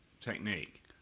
technique